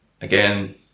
again